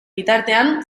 bitartean